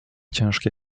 ciężkie